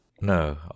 No